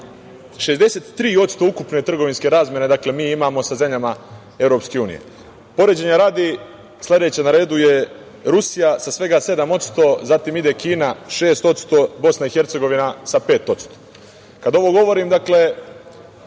63% ukupne trgovinske razmene mi imamo sa zemljama EU. Poređenja radi, sledeća na redu je Rusija sa svega 7%, zatim ide Kina sa 6%, Bosna i Hercegovina sa 5%.Kada ovo govorim, kažem